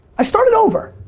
i started over.